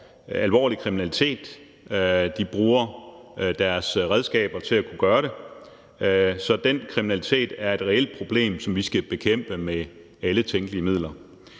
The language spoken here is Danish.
alvorlig kriminalitet; de bruger deres redskaber til at kunne gøre det. Så den kriminalitet er et reelt problem, som vi skal bekæmpe med alle tænkelige midler.